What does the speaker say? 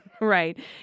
Right